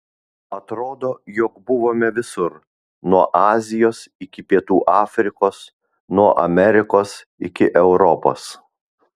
atrodo jog buvome visur nuo azijos iki pietų afrikos nuo amerikos iki europos